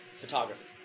photography